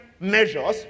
measures